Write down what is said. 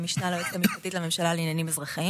אנחנו היחידים בכל העולם שמדברים ערבית ועברית,